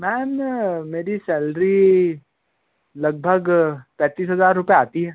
ma'am मेरी salary लगभग पैंतीस हज़ार रुपये आती है